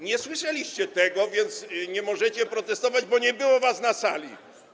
Nie słyszeliście tego, więc nie możecie protestować, bo nie było was na sali.